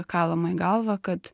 kalama į galvą kad